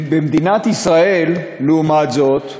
במדינת ישראל, לעומת זאת,